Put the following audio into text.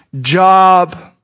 job